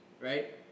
right